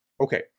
Okay